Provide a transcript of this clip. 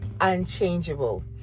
unchangeable